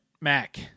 Mac